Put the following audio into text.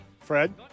Fred